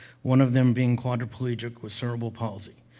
one of them being quadriplegic with cerebral palsy.